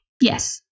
Yes